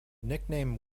nickname